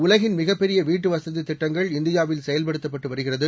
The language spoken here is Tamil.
உலகின்மிகப்பெரியவீட்டுவசதித்திட்டங்கள்இந்தியாவி ல்செயல்படுத்தப்பட்டுவருகிறது